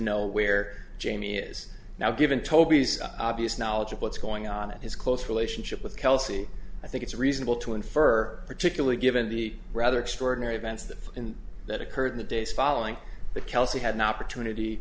know where jamie is now given toby's obvious knowledge of what's going on in his close relationship with kelsey i think it's reasonable to infer particularly given the rather extraordinary events that in that occurred in the days following the kelsey had an opportunity